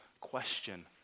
Question